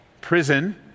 prison